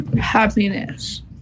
happiness